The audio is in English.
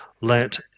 let